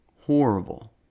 horrible